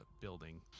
building